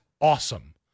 awesome